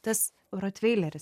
tas rotveileris